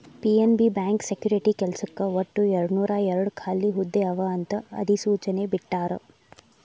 PNB bank security ಕೆಲ್ಸಕ್ಕ ಒಟ್ಟು ಎರಡನೂರಾಯೇರಡ್ ಖಾಲಿ ಹುದ್ದೆ ಅವ ಅಂತ ಅಧಿಸೂಚನೆ ಬಿಟ್ಟಾರ